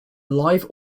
live